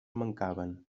mancaven